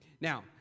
Now